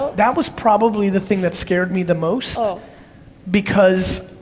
that was probably the thing that scared me the most, so because,